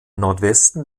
nordwesten